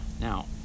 Now